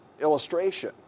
illustration